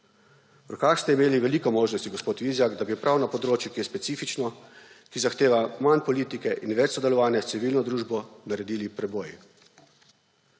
V rokah ste imeli veliko možnosti, gospod Vizjak, da bi prav na področju, ki je specifično, ki zahteva manj politike in več sodelovanja s civilno družbo, naredili preboj.